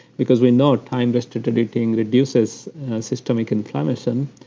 because we know timerestricting reduces systemic inflammation.